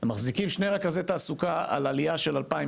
אתם מחזיקים שני רכזי תעסוקה על עלייה של 2,000